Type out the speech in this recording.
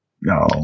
No